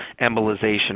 embolization